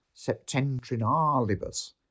Septentrinalibus